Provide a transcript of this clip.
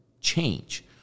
change